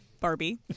barbie